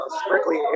strictly